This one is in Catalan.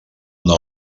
una